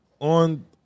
on